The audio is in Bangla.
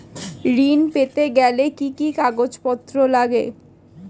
ঋণ পেতে গেলে কি কি কাগজপত্র লাগে?